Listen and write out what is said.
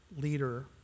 leader